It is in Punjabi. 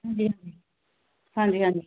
ਹਾਂਜੀ ਹਾਂਜੀ ਹਾਂਜੀ ਹਾਂਜੀ